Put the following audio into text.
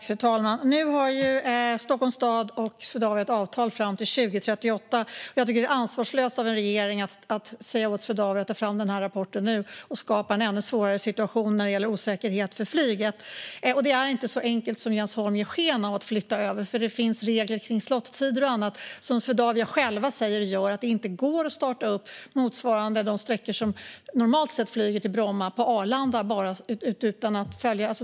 Fru talman! Nu har ju Stockholms stad och Swedavia ett avtal fram till 2038. Jag tycker att det är ansvarslöst av regeringen att säga åt Swedavia att ta fram den här rapporten nu. Det skapar en ännu svårare situation när det gäller osäkerhet för flyget. Det är inte så enkelt som Jens Holm ger sken av att flytta över. Det finns regler om slottider och annat som Swedavia själva säger gör att det inte går att starta upp motsvarande de sträckor som normalt flyger till Bromma på Arlanda.